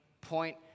point